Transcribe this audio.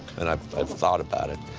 and i've i've thought about it,